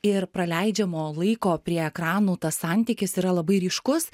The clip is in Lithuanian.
ir praleidžiamo laiko prie ekranų tas santykis yra labai ryškus